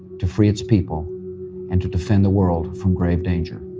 to free its people and to defend the world from grave danger.